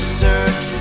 search